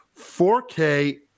4K